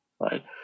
Right